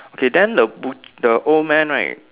okay then the but~ the old man right